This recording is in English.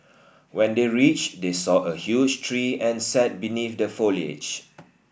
when they reached they saw a huge tree and sat beneath the foliage